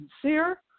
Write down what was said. sincere